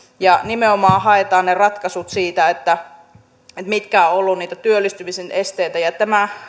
ja nimenomaan haetaan ne ratkaisut siitä mitkä ovat olleet niitä työllistymisen esteitä tämä